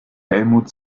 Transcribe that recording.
helmut